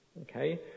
Okay